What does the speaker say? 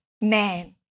man